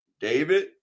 david